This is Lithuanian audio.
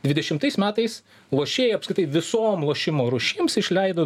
dvidešimtais metais lošėjai apskritai visom lošimo rūšims išleido